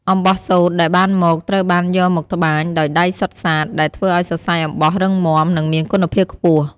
អំបោះសូត្រដែលបានមក ត្រូវបានយកមកត្បាញដោយដៃសុទ្ធសាធ ដែលធ្វើឱ្យសរសៃអំបោះរឹងមាំ និងមានគុណភាពខ្ពស់។